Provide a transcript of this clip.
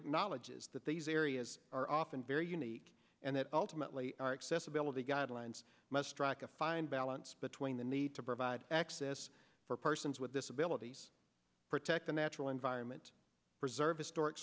acknowledges that these areas are often very unique and that ultimately our accessibility guidelines must strike a fine balance between the need to provide access for persons with disabilities protect the natural environment preserve historic